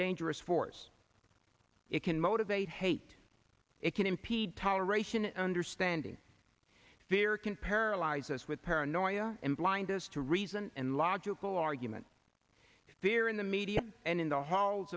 dangerous force it can motivate hate it can impede toleration understanding fear can paralyze us with paranoia and blindness to reason and logical argument fear in the media and in the halls